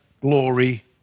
glory